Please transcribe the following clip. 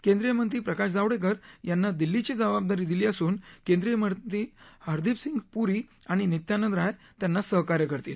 केंद्रीय मंत्री प्रकाश जावडेकर यांना दिल्लीची जबाबदारी दिली असून केंद्रीय मंत्री हरदीप सिंग पुरी आणि नित्यानंद राय त्यांना सहकार्य करतील